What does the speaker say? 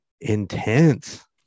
intense